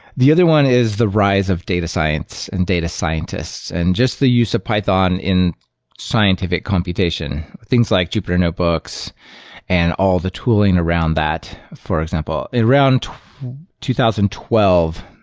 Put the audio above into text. the other one is the rise of data science and data scientists, and just the use of python in scientific computation. things like jupyter notebooks and all the tooling around that, for example. around two thousand and twelve,